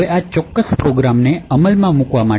હવે આ ચોક્કસ પ્રોગ્રામને અમલમાં મૂકવા માટે